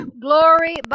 glory